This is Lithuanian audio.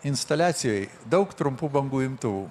instaliacijoj daug trumpų bangų imtuvų